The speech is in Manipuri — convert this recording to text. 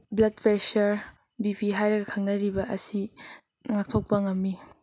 ꯕ꯭ꯂꯠ ꯄ꯭ꯔꯦꯁꯔ ꯕꯤ ꯄꯤ ꯍꯥꯏꯔꯒ ꯈꯪꯅꯔꯤꯕ ꯑꯁꯤ ꯉꯥꯛꯊꯣꯛꯄ ꯉꯝꯃꯤ